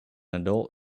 adult